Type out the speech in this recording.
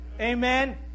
Amen